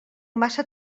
massa